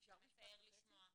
מצער לשמוע.